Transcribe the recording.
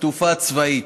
לתעופה הצבאית.